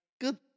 good